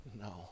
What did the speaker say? No